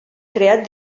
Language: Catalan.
creat